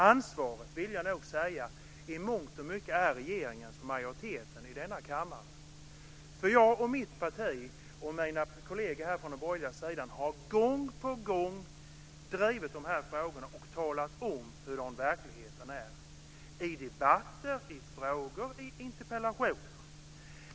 Ansvaret vill jag nog säga i mångt och mycket är regeringens och denna kammares majoritet. Jag, mitt parti och mina kollegor från den borgerliga sidan har gång på gång drivit de här frågorna och i debatter, frågor och interpellationer talat om hurdan verkligheten är.